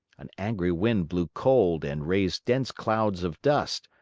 an angry wind blew cold and raised dense clouds of dust,